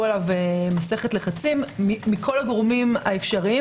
עליו מסכת לחצים מכל הגורמים האפשריים,